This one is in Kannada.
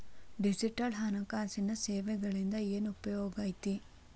ಡಿಜಿಟಲ್ ಹಣಕಾಸಿನ ಸೇವೆಗಳಿಂದ ಏನ್ ಉಪಯೋಗೈತಿ